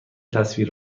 تصویر